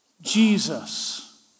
Jesus